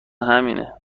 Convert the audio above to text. همینه